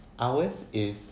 ours is